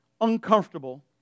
uncomfortable